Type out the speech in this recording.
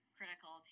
critical